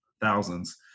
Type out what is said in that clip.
thousands